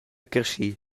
carschi